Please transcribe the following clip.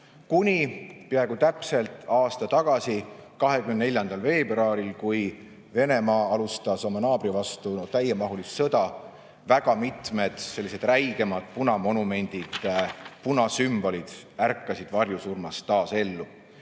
kui peaaegu täpselt aasta tagasi, 24. veebruaril, alustas Venemaa oma naabri vastu täiemahulist sõda. Mitmed sellised räigemad punamonumendid, punasümbolid ärkasid varjusurmast taas ellu